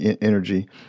energy